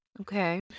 Okay